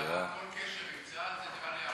ועד אז יהיה תחקיר גם.